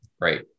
Right